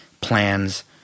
plans